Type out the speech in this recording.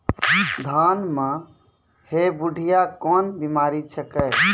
धान म है बुढ़िया कोन बिमारी छेकै?